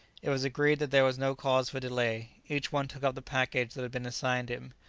it was agreed that there was no cause for delay. each one took up the package that had been assigned him.